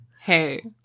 Hey